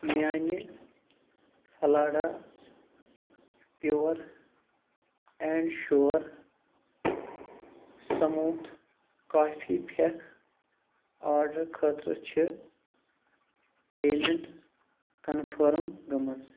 میانہِ فلاڈا pure and sure smooth کافی پھٮ۪کھ آرڈرٕ خٲطرٕ چھِ پیمٮ۪ننٛٹ کنفٲرٕم گٔمٕژ